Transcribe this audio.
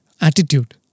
attitude